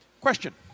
question